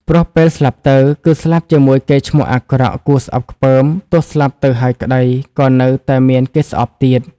ព្រោះពេលស្លាប់ទៅ គឺស្លាប់ជាមួយកេរ្តិ៍ឈ្មោះអាក្រក់គួរស្អប់ខ្ពើម ទោះស្លាប់ទៅហើយក្តី ក៏នៅតែមានគេស្អប់ទៀត ។